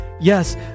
Yes